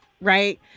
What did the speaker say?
Right